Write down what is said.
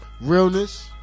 realness